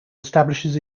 establishes